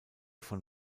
von